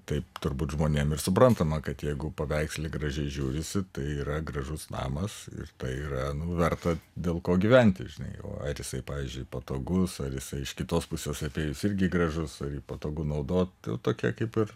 taip turbūt žmonėm ir suprantama kad jeigu paveiksle gražiai žiūrisi tai yra gražus namas tai yra verta dėl ko gyventi žinai o ar jisai pavyzdžiui patogus ar jisai iš kitos pusės atėjus irgi gražus ar jį patogu naudot tokie kaip ir